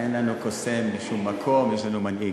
אין לנו קוסם בשום מקום, יש לנו מנהיג.